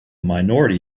minority